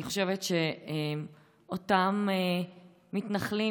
אני חושבת שאותם מתנחלים,